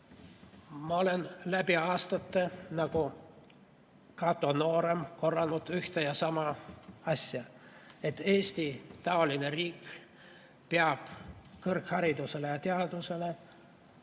Ma olen läbi aastate nagu Cato Noorem korranud ühte ja sama asja: Eesti-taoline riik peab kõrgharidusele ja teadusele